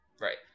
Right